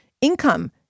income